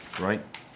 right